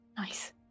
nice